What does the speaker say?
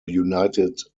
united